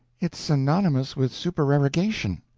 it's synonymous with supererogation,